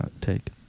take